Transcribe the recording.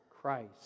Christ